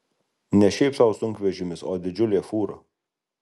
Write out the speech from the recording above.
ne šiaip sau sunkvežimis o didžiulė fūra